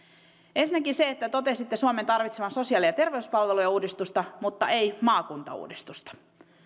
ensinnäkin totesitte suomen tarvitsevan sosiaali ja terveyspalvelujen uudistusta mutta ei maakuntauudistusta